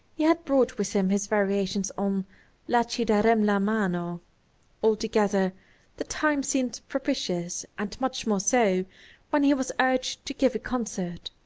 he had brought with him his variations on la ci darem la mano altogether the times seemed propitious and much more so when he was urged to give a concert.